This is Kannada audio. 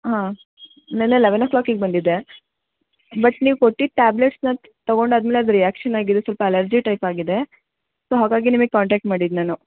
ಹಾಂ ನೆನ್ನೆ ಲೆವೆನ್ ಓ ಕ್ಲಾಕಿಗೆ ಬಂದಿದ್ದೆ ಬಟ್ ನೀವು ಕೊಟ್ಟಿದ್ದ ಟ್ಯಾಬ್ಲೆಟ್ಸ್ ನಾನು ತಗೊಂಡು ಆದಮೇಲೆ ಅದು ರಿಯಾಕ್ಷನ್ ಆಗಿದೆ ಸ್ವಲ್ಪ ಅಲರ್ಜಿ ಟೈಪ್ ಆಗಿದೆ ಸೊ ಹಾಗಾಗಿ ನಿಮಗೆ ಕಾಂಟ್ಯಾಕ್ಟ್ ಮಾಡಿದ್ದು ನಾನು